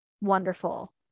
wonderful